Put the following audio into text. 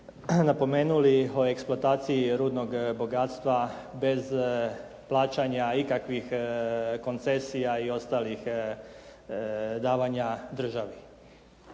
napomenuli o eksploataciji rudnog bogatstva bez plaćanja ikakvih koncesija i ostalih davanja državi.